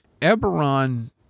Eberron